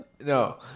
no